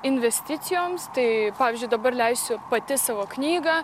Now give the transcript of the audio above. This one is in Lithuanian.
investicijoms tai pavyzdžiui dabar leisiu pati savo knygą